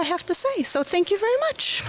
i have to say so thank you very much